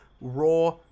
Raw